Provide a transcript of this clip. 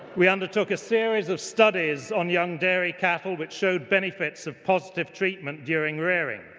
we undertook a series of studies on young dairy cattle which showed benefits of positive treatment during rearing.